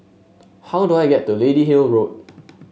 how do I get to Lady Hill Road